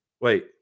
Wait